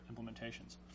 implementations